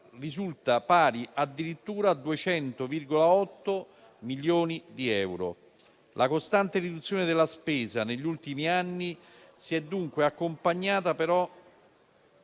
risulta pari addirittura a 200,8 milioni di euro. La costante riduzione della spesa negli ultimi anni si è dunque accompagnata ad